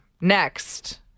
Next